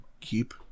keep